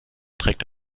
trägt